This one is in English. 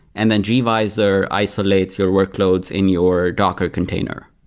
and then gvisor isolates your workloads in your docker container.